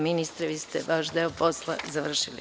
Ministre, vi ste vaš deo posla završili.